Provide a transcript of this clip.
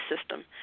system